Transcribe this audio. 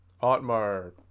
Otmar